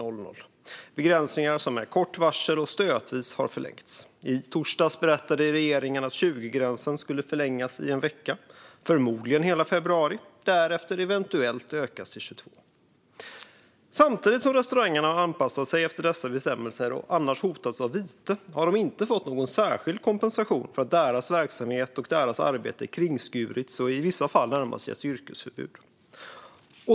Med kort varsel och stötvis har dessa begränsningar förlängts. I torsdags berättade regeringen att 20-gränsen skulle förlängas i en vecka, förmodligen hela februari, och därefter eventuellt flyttas till 22. Samtidigt som restaurangerna har anpassat sig efter dessa bestämmelser och annars hotats av vite har de inte fått någon särskild kompensation för att deras verksamhet och deras arbete kringskurits och de i vissa fall närmast getts yrkesförbud.